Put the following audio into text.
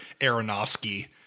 Aronofsky